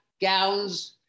gowns